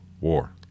War